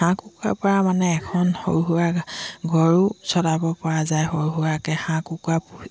হাঁহ কুকুৰা পৰা মানে এখন সৰু সুৰা ঘৰো চলাব পৰা যায় সৰু সুৰাকৈ হাঁহ কুকুৰা